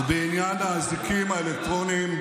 ובעניין האזיקים האלקטרוניים,